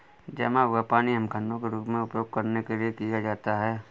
जमा हुआ पानी हिमखंडों के रूप में उपयोग करने के लिए किया जाता है